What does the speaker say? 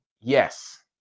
Yes